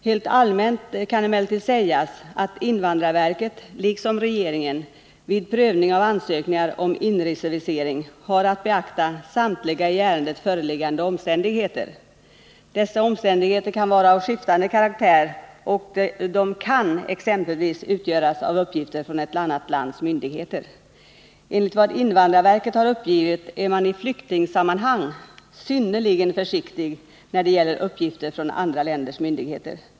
Helt allmänt kan emellertid sägas att invandrarverket liksom regeringen vid prövning av ansökningar om inresevisering har att beakta samtliga i ärendet föreliggande omständigheter. Dessa omständigheter kan vara av skiftande karaktär, och de kan exempelvis utgöras av uppgifter från ett annat lands myndigheter. Enligt vad invandrarverket har uppgivit är man i flyktingsammanhang synnerligen försiktig när det gäller uppgifter från andra länders myndigheter.